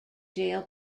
jail